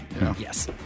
Yes